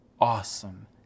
awesome